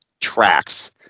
tracks